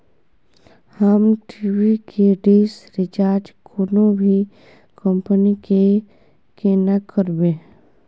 हम टी.वी के dish recharge कोनो भी कंपनी के केना करबे?